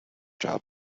job